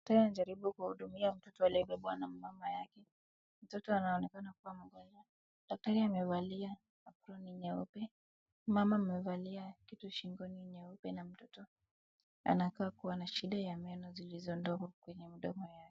Daktari anajarikuhudumia mtoto aliyebebwa na mama yake. Mtoto anaonekana kuwa mgonjwa. Daktari amevalia aproni nyeupe, mama amevalia kitu shingoni nyeupe na mtoto ankaa kuwa na shida ya meno ndogo zilizo kwenye mdomo yake.